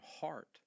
heart